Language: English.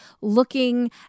looking